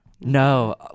No